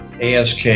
ASK